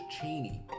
Cheney